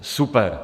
Super.